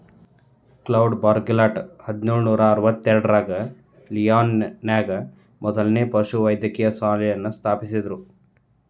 cloud Bourgelat ಹದಿನೇಳು ನೂರಾ ಅರವತ್ತೆರಡರಾಗ ಲಿಯಾನ್ ನ್ಯಾಗ ಮೊದ್ಲನೇ ಪಶುವೈದ್ಯಕೇಯ ಶಾಲೆಯನ್ನ ಸ್ಥಾಪಿಸಿದ್ರು